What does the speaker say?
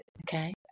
okay